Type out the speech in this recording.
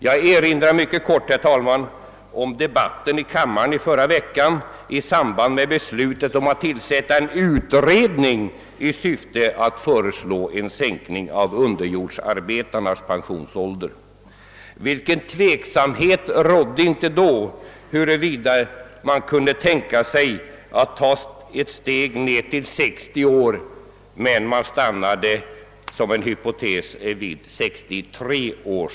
Jag erinrar mycket kort, herr talman, om debatten i kammaren förra veckan i samband med beslutet att tillsätta en utredning i syfte att föreslå en sänkning av underjordsarbetarnas pensionsålder. Vilken tveksamhet rådde inte då om huruvida man kunde tänka sig att ta ett steg ned till 60 år; man stannade vid 63 år.